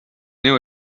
new